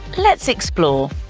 let's explore.